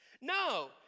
No